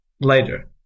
later